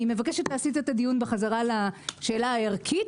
אני מבקשת להסיט את הדיון בחזרה לשאלה הערכית,